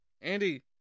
Andy